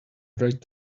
right